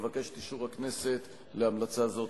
אבקש את אישור הכנסת להמלצה זו.